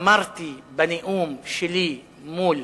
אמרתי בנאום שלי מול